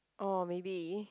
orh maybe